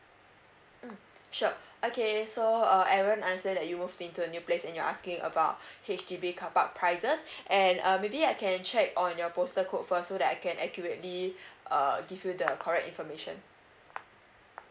mm sure okay so uh aaron understand that you moved into a new place and you're asking about H_D_B carpark prices and um maybe I can check on your postal code first so that I can accurately err give you the correct information